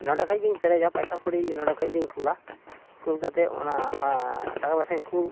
ᱱᱚᱰᱮ ᱠᱷᱚᱱ ᱜᱮᱧ ᱯᱮᱨᱮᱡᱟ ᱯᱟᱭᱥᱟ ᱠᱩᱲᱤ ᱱᱚᱰᱮ ᱠᱷᱚᱱ ᱜᱮᱧ ᱠᱩᱞᱟ ᱠᱩᱞ ᱠᱟᱛᱮᱫ ᱚᱱᱟ ᱴᱟᱠᱟ ᱯᱚᱭᱥᱟᱧ ᱠᱩᱞ